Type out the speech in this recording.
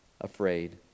afraid